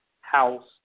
house